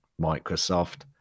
Microsoft